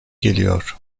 geliyor